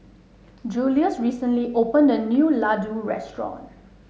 Julious recently opened a new Ladoo restaurant